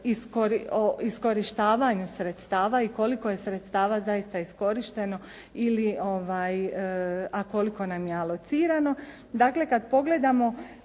iskorištavanju sredstava i koliko je sredstava zaista iskorišteno a koliko nam je alocirano.